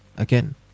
Again